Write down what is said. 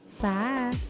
Bye